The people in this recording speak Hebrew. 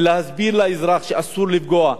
חבר הכנסת מג'אדלה,